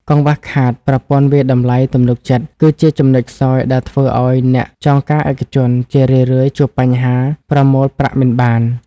កង្វះខាត "ប្រព័ន្ធវាយតម្លៃទំនុកចិត្ត" គឺជាចំណុចខ្សោយដែលធ្វើឱ្យអ្នកចងការឯកជន ជារឿយៗជួបបញ្ហាប្រមូលប្រាក់មិនបាន។